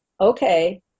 Okay